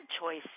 choice